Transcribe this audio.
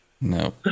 no